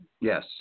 Yes